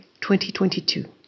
2022